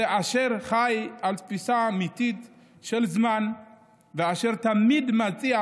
זה אשר חי על תפיסה אמיתית של זמן ואשר תמיד מציע